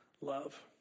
love